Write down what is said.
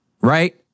right